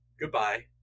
goodbye